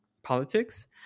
Politics